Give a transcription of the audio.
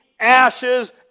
ashes